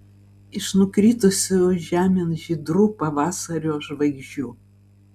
iš nukritusių žemėn žydrų pavasario žvaigždžių